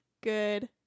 good